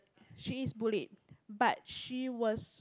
she is bullied but she was